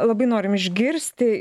labai norim išgirsti